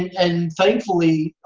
and, thankfully,